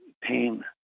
pain